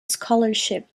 scholarship